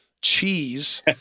cheese